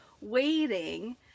waiting